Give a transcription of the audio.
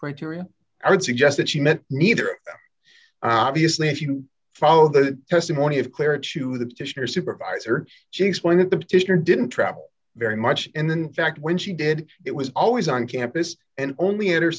criteria i would suggest that she meant neither obviously if you follow the testimony of clear to the petitioner supervisor she explained that the petitioner didn't travel very much in fact when she did it was always on campus and only enter